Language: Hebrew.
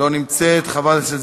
לא נמצאת, יצאה לחגוג יום הולדת.